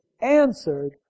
answered